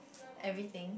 everything